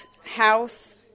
house